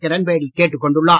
கிரண் பேடி கேட்டுக் கொண்டுள்ளார்